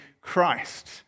Christ